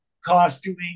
costuming